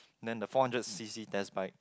then the four hundred C_C test bike